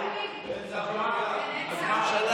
יש ממשלה,